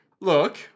look